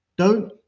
don't,